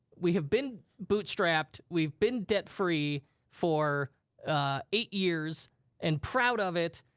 we have been bootstrapped. we've been debt free for eight years and proud of it.